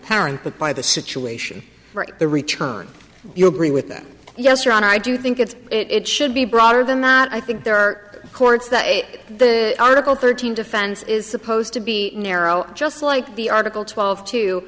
parent but by the situation for the return you agree with that yes your honor i do think it's it should be broader than that i think there are courts that the article thirteen defense is supposed to be narrow just like the article twelve t